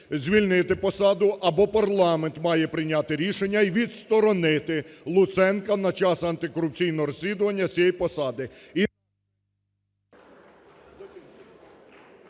звільнити посаду, або парламент має прийняти рішення і відсторонити Луценка на час антикорупційного розслідування з цієї посади.